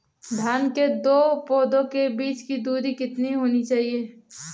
धान के दो पौधों के बीच की दूरी कितनी होनी चाहिए?